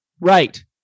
right